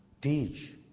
Teach